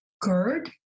GERD